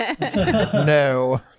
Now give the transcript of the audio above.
no